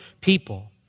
people